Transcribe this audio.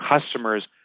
customers